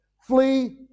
flee